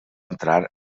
entrar